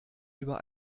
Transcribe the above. über